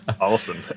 Awesome